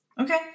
Okay